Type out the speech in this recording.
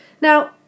Now